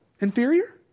inferior